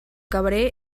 cabré